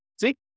See